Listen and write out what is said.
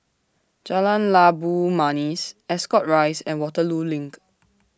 Jalan Labu Manis Ascot Rise and Waterloo LINK